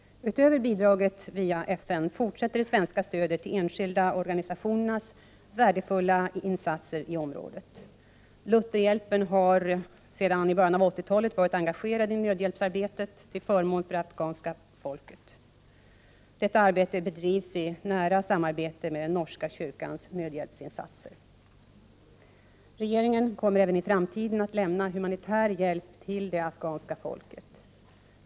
Utöver bidraget via FN fortsätter det svenska stödet till de enskilda organisationernas värdefulla insatser i området. Lutherhjälpen har sedan början av 1980-talet varit engagerad i nödhjälpsarbetet till förmån för det afghanska folket. Detta arbete bedrivs i nära samarbete med den norska kyrkans nödhjälpsinsatser. Regeringen kommer även i framtiden att lämna humanitär hjälp till det afghanska folket.